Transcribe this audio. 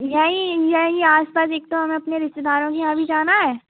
यहीं यहीं आस पास एक तो हमें अपने रिश्तएदारों के यहाँ भी जाना है